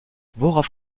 worauf